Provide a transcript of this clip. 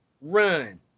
run